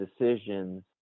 decisions